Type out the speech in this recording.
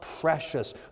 precious